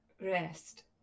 rest